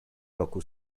roku